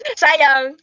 sayang